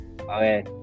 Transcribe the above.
Okay